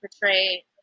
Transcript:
portray